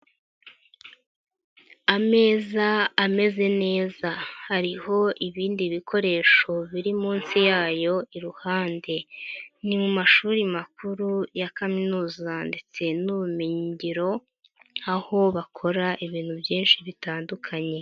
Ameza ameze neza, hariho ibindi bikoresho biri munsi yayo iruhande. Ni mu mashuri makuru ya kaminuza ndetse n'ubumengiro, aho bakora ibintu byinshi bitandukanye.